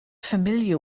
familiar